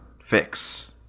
fix